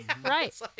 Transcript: Right